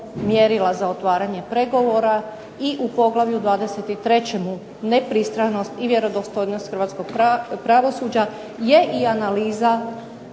za otvaranje pregovora i u poglavlju 23. nepristranost i vjerodostojnost hrvatskog pravosuđa je i analiza